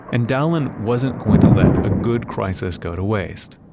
and dowlin wasn't going to let a good crisis go to waste.